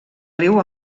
riu